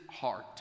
heart